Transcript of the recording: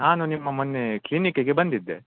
ನಾನು ನಿಮ್ಮ ಮೊನ್ನೆ ಕ್ಲೀನಿಕಿಗೆ ಬಂದಿದ್ದೆ